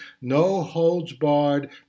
no-holds-barred